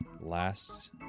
last